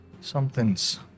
something's